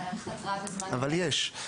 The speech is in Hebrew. רגע, אבל יש, אבל יש,